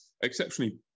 exceptionally